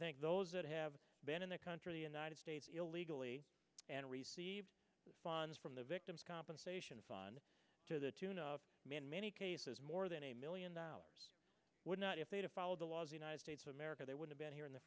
think those that have been in the country the united states illegally and received funds from the victims compensation fund to the tune of many many cases more than a million dollars would not if they to follow the laws united states america they would have been here in the